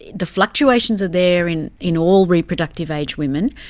the fluctuations are there in in all reproductive age women,